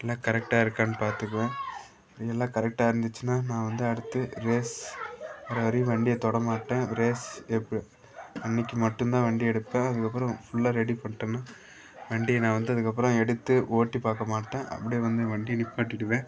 எல்லாம் கரெக்டாக இருக்கான்னு பார்த்துக்குவேன் எல்லாம் கரெக்டாக இருந்துச்சுன்னா நான் வந்து அடுத்து ரேஸ் வேறு யாரையும் வண்டியை தொடமாட்டேன் ரேஸ் எப் அன்னைக்கு மட்டுந்தான் வண்டி எடுப்பேன் அதுக்கப்புறம் ஃபுல்லாக ரெடி பண்ணிட்டேன்னா வண்டியை நான் வந்து அதுக்கப்புறம் எடுத்து ஓட்டி பார்க்க மாட்டேன் அப்படியே வந்து வண்டியை நிப்பாட்டிவிடுவேன்